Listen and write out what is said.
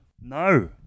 No